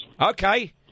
Okay